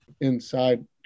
inside